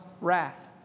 wrath